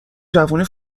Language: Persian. جوونی